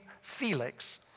Felix